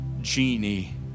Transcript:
genie